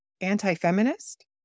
anti-feminist